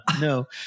no